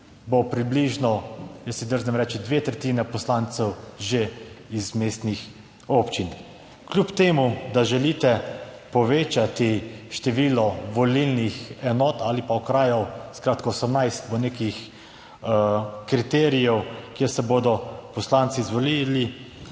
bo približno, jaz si drznem reči, dve tretjini poslancev že iz mestnih občin. Kljub temu, da želite povečati število volilnih enot ali pa okrajev, skratka 18 bo nekih kriterijev, kje se bodo poslanci izvolili,